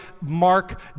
Mark